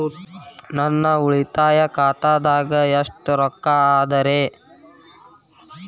ನನ್ನ ಉಳಿತಾಯ ಖಾತಾದಾಗ ಎಷ್ಟ ರೊಕ್ಕ ಅದ ರೇ?